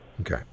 Okay